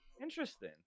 Interesting